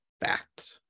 fact